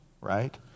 right